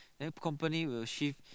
then company will shift